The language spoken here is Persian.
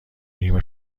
نیم